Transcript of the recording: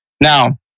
Now